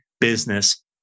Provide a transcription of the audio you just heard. business